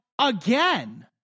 again